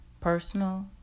personal